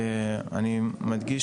אני מדגיש